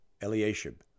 Eliashib